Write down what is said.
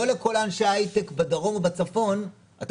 לא לכל אנשי ההייטק בדרום או בצפון אתה